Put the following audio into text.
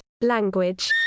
language